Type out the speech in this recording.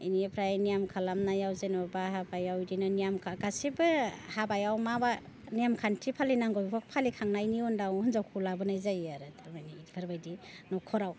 बेनिफ्राय नियेम खालामनायाव जेनेबा हाबायाव बिदिनो नियेमखा गासिबो हाबायाव मा मा नियमखान्थि फालिनांगौ बेखौ फालिखांनायनि उनाव हिन्जावखौ लाबोनाय जायो आरो थारमाने बेफोरबादि न'खराव